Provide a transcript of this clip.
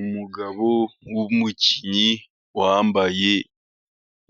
Umugabo w'umukinnyi wambaye